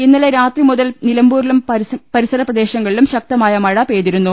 ഇന്നലെ രാത്രി മുതൽ നിലമ്പൂരിലും സമീപപ്രദേശങ്ങളിലും ശക്തമായ മഴ പെയ്തിരുന്നു